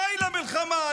די למלחמה.